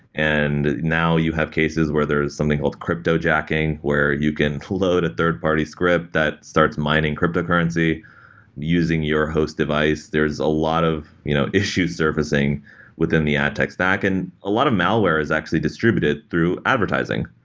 and now, you have cases where there's something called cryto-jacking, where you can load a third-party script that starts mining cryptocurrency using your host device. there're a lot of you know issues surfacing within the ad tech stack. and a lot of malware is actually distributed through advertising.